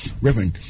Reverend